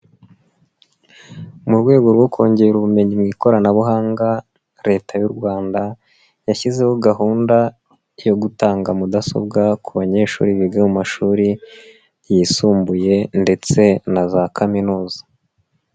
Mu rwego rwo kongera ubumenyi mu ikoranabuhanga, leta y'u Rwanda yashyizeho gahunda yo gutanga mudasobwa ku banyeshuri biga mu mashuri yisumbuye ndetse na za kaminuza.